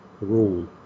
rule